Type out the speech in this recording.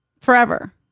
forever